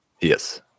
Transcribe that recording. Yes